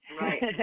right